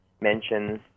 mentions